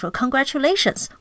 congratulations